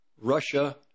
russia